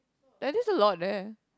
there is a lot there